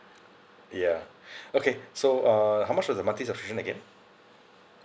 ya okay so uh how much is the monthly subscription again